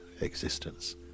existence